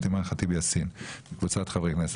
אימאן ח'טיב יאסין וקבוצת חברי כנסת,